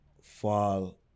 fall